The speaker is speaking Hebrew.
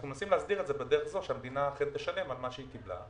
אנחנו מנסים להסדיר את זה בדרך זו שהמדינה אכן תשלם על מה שהיא קיבלה.